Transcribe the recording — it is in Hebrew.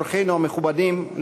אורחינו המכובדים,